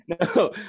No